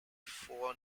four